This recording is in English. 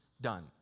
done